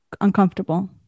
uncomfortable